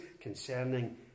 concerning